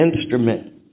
instrument